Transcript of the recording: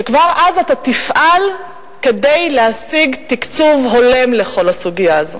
שכבר אז אתה תפעל כדי להשיג תקציב הולם לכל הסוגיה הזאת.